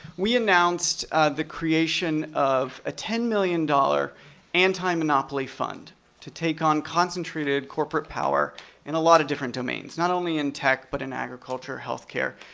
we announced the creation of a ten million dollar antimonopoly fund to take on concentrated corporate power in a lot of different domains, not only in tech, but in agriculture, healthcare,